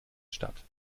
statt